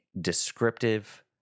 descriptive